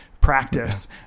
practice